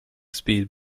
speed